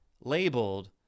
labeled